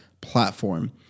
platform